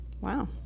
Wow